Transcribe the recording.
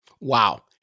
Wow